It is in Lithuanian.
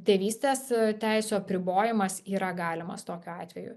tėvystės teisių apribojimas yra galimas tokiu atveju